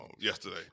yesterday